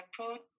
approach